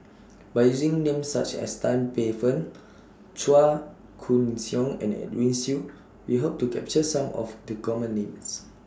By using Names such as Tan Paey Fern Chua Koon Siong and Edwin Siew We Hope to capture Some of The Common Names